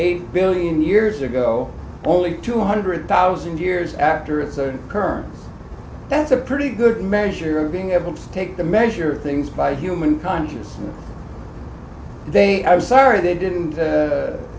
eight billion years ago only two hundred thousand years after a certain current that's a pretty good measure of being able to take the measure of things by human conscious they i'm sorry they didn't